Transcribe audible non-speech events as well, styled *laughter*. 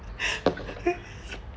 *laughs*